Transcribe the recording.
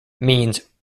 means